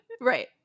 Right